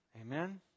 Amen